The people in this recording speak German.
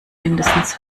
mindestens